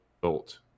built